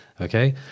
Okay